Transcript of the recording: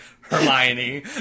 Hermione